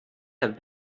have